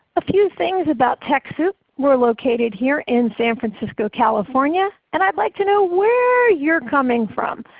a few things about techsoup, we are located here in san francisco california. and i'd like to know where you are coming from.